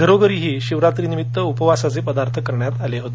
घरोघरीही शिवरात्रीनिमित्त उपवासाचे पदार्थ करण्यात आले होते